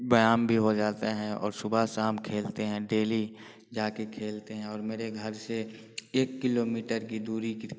व्यायाम भी हो जाता है और सुबह शाम खेलते हैं डेली जा कर खेलते हैं और मेरे घर से एक किलोमीटर की दूरी मरीन